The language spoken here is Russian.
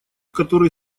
который